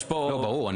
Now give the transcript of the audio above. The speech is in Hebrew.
ברור, אני